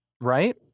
right